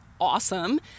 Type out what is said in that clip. awesome